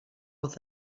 with